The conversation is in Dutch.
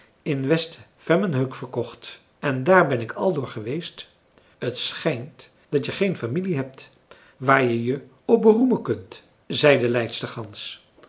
in west vemmenhög verkocht en daar ben ik aldoor geweest t schijnt dat je geen familie hebt waar je je op beroemen kunt zei de